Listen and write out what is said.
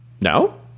no